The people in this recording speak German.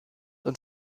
und